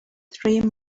three